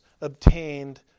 obtained